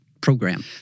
program